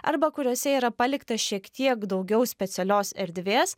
arba kuriuose yra palikta šiek tiek daugiau specialios erdvės